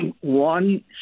one